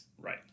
Right